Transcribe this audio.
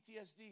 PTSD